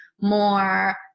more